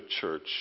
church